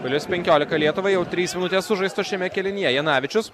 plius penkiolika lietuvai jau trys minutės sužaistos šiame kėlinyje janavičius